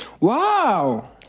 Wow